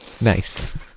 Nice